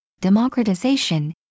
democratization